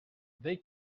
they